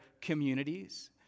communities